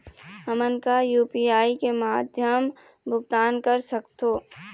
हमन का यू.पी.आई के माध्यम भुगतान कर सकथों?